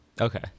Okay